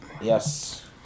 yes